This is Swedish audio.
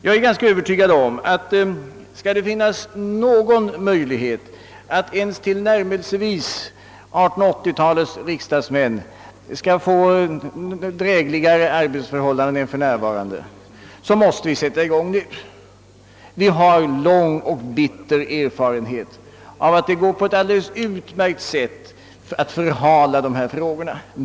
Jag är ganska övertygad om att skall det finnas någon möjlighet att 1980 talets riksdagsmän skall få drägligare arbetsförhållanden än vi för närvarande har, så måste vi sätta i gång nu. Vi har lång och bitter erfarenhet av att det går alldeles utmärkt att förhala denna fråga.